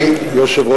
שהוא מתפטר.